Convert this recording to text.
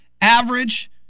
average